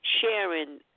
sharing